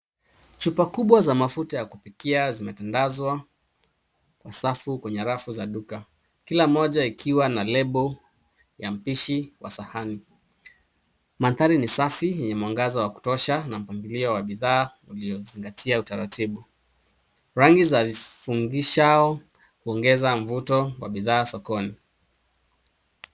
Chupa kubwa za mafuta ya kupikia zimetandazwa kwa safu kwenye rafu za duka, kila moja ikiwa na lebo ya mpishi wa sahani. Mandhari ni safi yenye mwangaza wa kutosha na mpangilio wa bidhaa uliozingatia utaratibu. Rangi za fungishao huoneza mvuto wa bidhaa sokoni.